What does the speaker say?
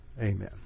Amen